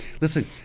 Listen